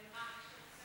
נראה לי שאפשר.